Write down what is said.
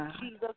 jesus